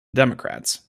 democrats